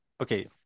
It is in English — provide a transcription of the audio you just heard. okay